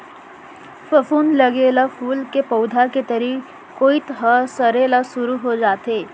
फफूंद लगे ले फूल के पउधा के तरी कोइत ह सरे ल सुरू हो जाथे